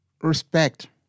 respect